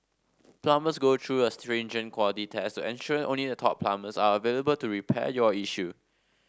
plumbers go through a stringent quality test to ensure only a top plumbers are available to repair your issue